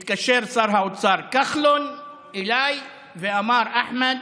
התקשר אליי שר האוצר כחלון ואמר: אחמד,